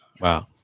wow